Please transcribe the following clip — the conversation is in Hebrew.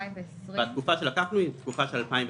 התקופה שלקחנו היא התקופה של 2019,